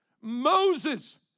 Moses